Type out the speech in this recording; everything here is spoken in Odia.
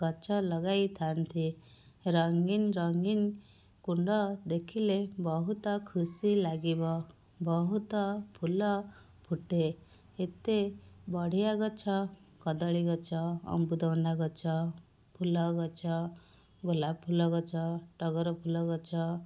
ଗଛ ଲଗାଇଥାନ୍ତି ରଙ୍ଗୀନ ରଙ୍ଗୀନ କୁଣ୍ଡ ଦେଖିଲେ ବହୁତ ଖୁସି ଲାଗିବ ବହୁତ ଫୁଲ ଫୁଟେ ଏତେ ବଢ଼ିଆ ଗଛ କଦଳୀ ଗଛ ଅମୃତଭଣ୍ଡା ଗଛ ଫୁଲ ଗଛ ଗୋଲାପ ଫୁଲଗଛ ଟଗର ଫୁଲ ଗଛ